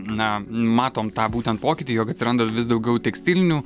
na matom tą būtent pokytį jog atsiranda vis daugiau tekstilinių